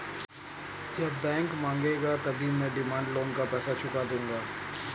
जब बैंक मांगेगा तभी मैं डिमांड लोन का पैसा चुका दूंगा